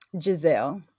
Giselle